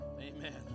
amen